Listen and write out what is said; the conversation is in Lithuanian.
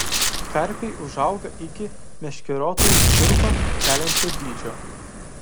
karpiai užauga iki meškeriotojui šiurpą keliančio dydžio